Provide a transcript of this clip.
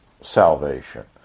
salvation